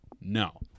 No